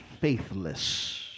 faithless